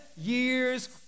years